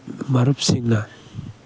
ꯃꯔꯨꯞꯁꯤꯡꯅ